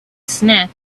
snack